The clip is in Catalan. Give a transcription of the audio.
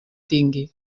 tingui